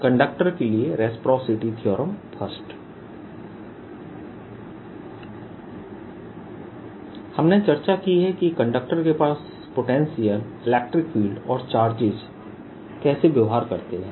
conductor के लिए reciprocity theorem I हमने चर्चा की है कि एक कंडक्टर के पास पोटेंशियल इलेक्ट्रिक फील्ड और चार्जेस कैसे व्यवहार करते हैं